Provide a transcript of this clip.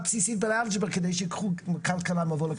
בסיסית באלגברה כדי שייקחו מבוא לכלכלה.